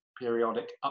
periodic